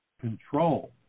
control